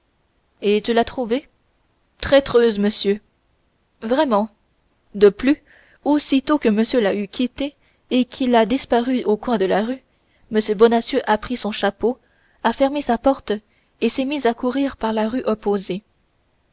et tu l'as trouvée traîtreuse monsieur vraiment de plus aussitôt que monsieur l'a eu quitté et qu'il a disparu au coin de la rue m bonacieux a pris son chapeau a fermé sa porte et s'est mis à courir par la rue opposée